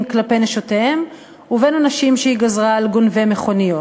כלפי נשותיהם ובין עונשים שהיא גזרה על גונבי מכוניות.